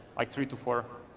like three to four.